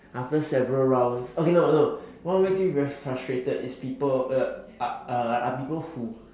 after several rounds okay no no what makes me very frustrated is people uh are are people who